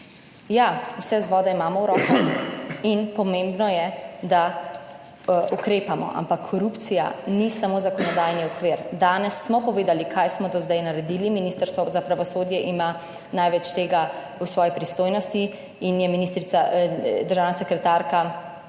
Ja vse vzvode imamo v rokah in pomembno je da ukrepamo, ampak korupcija ni samo zakonodajni okvir danes smo povedali kaj smo do zdaj naredili, Ministrstvo za pravosodje ima največ tega v svoji pristojnosti in je državna sekretarka